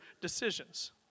decisions